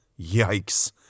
Yikes